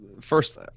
first